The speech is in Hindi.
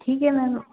ठीक है मैम